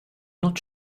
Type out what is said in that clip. not